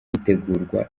gitegurwa